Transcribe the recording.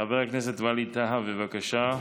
חבר הכנסת ווליד טאהא, בבקשה.